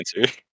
answer